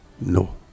No